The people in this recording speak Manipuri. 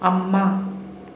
ꯑꯃ